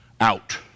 Out